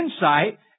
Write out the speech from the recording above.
insight